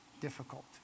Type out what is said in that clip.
difficult